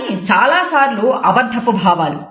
కానీ చాలాసార్లు అబద్ధపు భావాలు